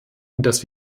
dass